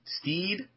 Steed